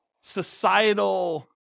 societal